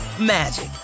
magic